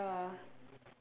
ya